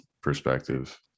perspective